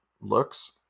looks